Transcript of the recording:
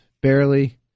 barely